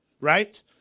Right